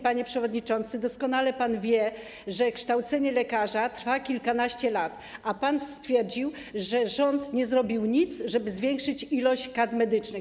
Panie przewodniczący, doskonale pan wie, że kształcenie lekarza trwa kilkanaście lat, a pan stwierdził, że rząd nie zrobił nic, żeby zwiększyć ilość kadr medycznych.